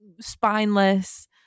spineless